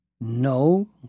no